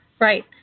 Right